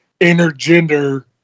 intergender